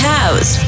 House